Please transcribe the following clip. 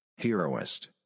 Heroist